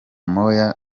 moya